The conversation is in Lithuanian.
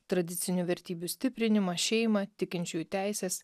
tradicinių vertybių stiprinimą šeimą tikinčiųjų teises